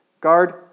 guard